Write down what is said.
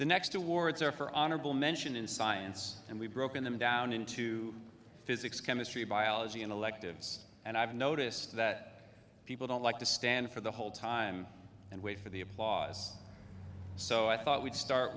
the next awards are for honorable mention in science and we've broken them down into physics chemistry biology and electives and i've noticed that people don't like to stand for the whole time and wait for the applause so i thought we'd start